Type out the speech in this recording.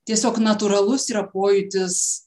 tiesiog natūralus yra pojūtis